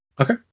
Okay